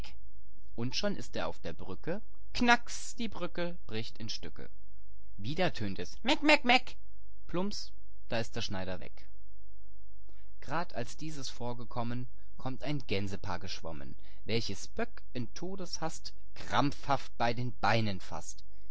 und schon ist er auf der brücke kracks die brücke bricht in stücke illustration und dann ist er weg wieder tönt es meck meck meck plumps da ist der schneider weg g'rad als dieses vorgekommen kommt ein gänsepaar geschwommen illustration mit den gänsen welches böck in todeshast krampfhaft bei den beinen faßt